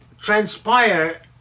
transpire